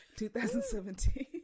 2017